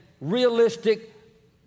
realistic